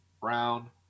Brown